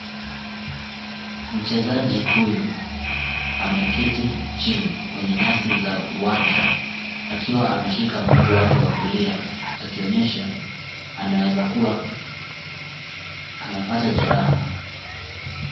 Mchezaji huyu ameketi chini kwenye nyazi za uwanja akiwa ameshika mguu wake wa kulia akionyesha anaweza kuwa amepata jeraha.